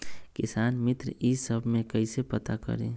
किसान मित्र ई सब मे कईसे पता करी?